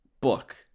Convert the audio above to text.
book